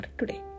today